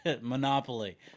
monopoly